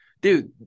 dude